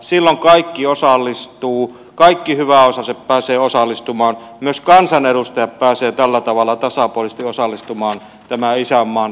silloin kaikki osallistuvat kaikki hyväosaiset pääsevät osallistumaan myös kansanedustajat pääsevät tällä tavalla tasapuolisesti osallistumaan isänmaan taloustalkoisiin